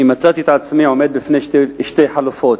אני מצאתי את עצמי עומד בפני שתי חלופות.